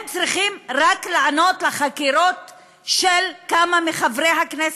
הם צריכים רק לענות על חקירות של כמה מחברי הכנסת,